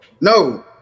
No